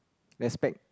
respect